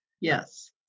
Yes